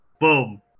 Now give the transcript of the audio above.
boom